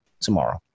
tomorrow